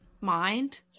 mind